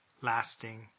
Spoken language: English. lasting